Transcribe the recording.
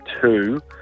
two